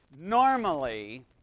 Normally